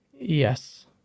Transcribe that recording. Yes